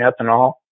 ethanol